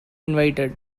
invited